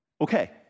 Okay